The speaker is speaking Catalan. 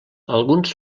alguns